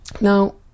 Now